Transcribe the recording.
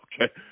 okay